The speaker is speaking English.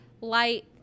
light